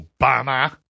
obama